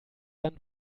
dann